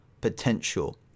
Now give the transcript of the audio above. potential